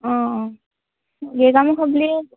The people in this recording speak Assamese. অঁ অঁ